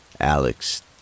Alex